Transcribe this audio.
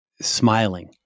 smiling